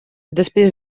després